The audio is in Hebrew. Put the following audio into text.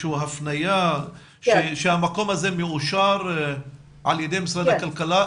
איזושהי הפניה שהמקום הזה מאושר על ידי משרד הכלכלה.